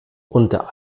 unter